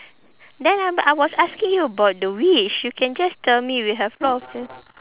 then I but I was asking you about the wish you can just tell me you have lot of them